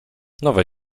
nowe